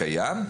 קיים,